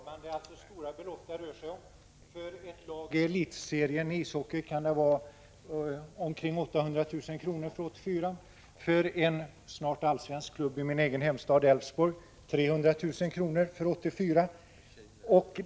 Herr talman! Det är stora belopp som det rör sig om. För ett lagi elitserien i ishockey kan det gälla omkring 800 000 kr. för 1984 och för en snart allsvensk klubb i min hemstad, Elfsborg, 300 000 kr. för 1984.